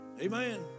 amen